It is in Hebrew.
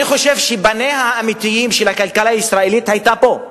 אני חושב שפניה האמיתיים של הכלכלה הישראלית היו פה,